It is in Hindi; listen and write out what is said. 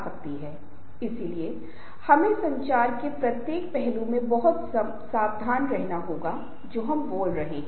तभी समूह काम करेगा और संचार के माध्यम से भी हम समूह को प्रभावी बना सकते हैं